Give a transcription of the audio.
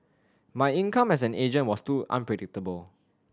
my income as an agent was too unpredictable